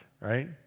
right